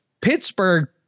Pittsburgh